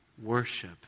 Worship